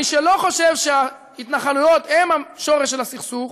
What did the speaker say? מי שלא חושב שההתנחלויות הן השורש של הסכסוך,